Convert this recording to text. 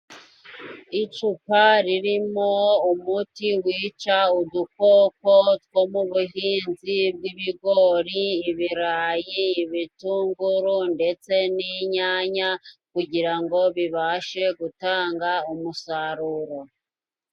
Icupa ririmo umuti wica udukoko two mu buhinzi bw'ibigori, ibirayi, ibitunguru ndetse n'inyanya, kugira ngo bibashe gutanga umusaruro.